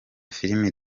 filimi